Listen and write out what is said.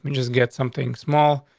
but just get something small.